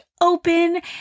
open